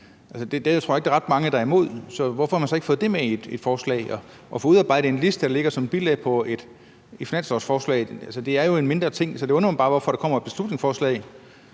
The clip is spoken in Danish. der er ret mange der er imod. Så hvorfor har man så ikke fået med at få udarbejdet en liste, der ligger som bilag til finanslovsforslaget? Det er jo en mindre ting, så det undrer mig bare, at der kommer et beslutningsforslag